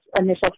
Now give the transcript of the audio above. initial